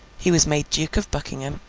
he was made duke of buckingham,